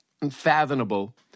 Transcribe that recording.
unfathomable